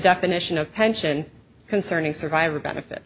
definition of pension concerning survivor benefits